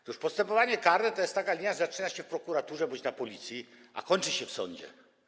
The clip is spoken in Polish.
Otóż postępowanie karne to jest taka linia, która zaczyna się w prokuraturze bądź na Policji, a kończy się w sądzie.